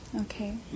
Okay